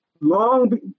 long